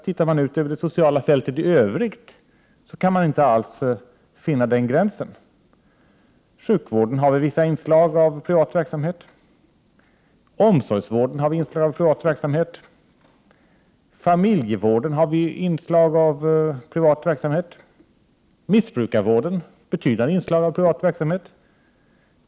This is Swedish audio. Tittar man ut över det sociala fältet i övrigt, finner man inte alls den gränsen. I sjukvården har vi vissa inslag av privat verksamhet. I omsorgsvården och familjevården har vi också inslag av privat verksamhet. I missbrukarvården har vi betydande inslag av privat verksamhet.